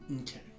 Okay